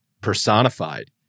personified